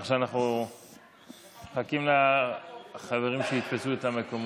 140) (עונש מזערי בעבירה של תקיפה או התעללות בקטין או